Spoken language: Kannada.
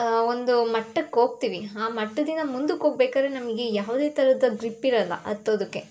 ಒಂದು ಮಟ್ಟಕ್ಕೆ ಹೋಗ್ತೀವಿ ಆ ಮಟ್ಟದಿಂದ ಮುಂದಕ್ಕೆ ಹೋಗ್ಬೇಕಾದ್ರೆ ನಮಗೆ ಯಾವುದೇ ಥರದ ಗ್ರಿಪ್ ಇರೋಲ್ಲ ಹತ್ತೋದಕ್ಕೆ